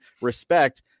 respect